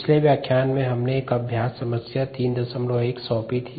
पिछले व्याख्यान में हमने एक अभ्यास समस्या 31 सौंपी थी